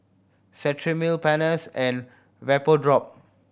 Cetrimide Pansy and Vapodrop